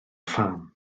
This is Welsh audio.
pham